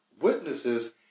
witnesses